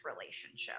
relationship